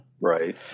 right